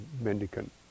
mendicant